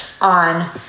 on